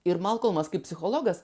ir malkolmas kaip psichologas